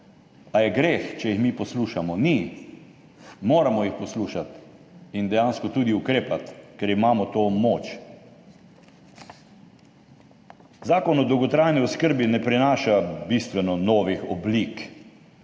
Ali je greh, če jih mi poslušamo? Ni. Moramo jih poslušati in dejansko tudi ukrepati, ker imamo to moč. Zakon o dolgotrajni oskrbi ne prinaša bistveno novih oblik.